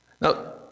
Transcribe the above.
Now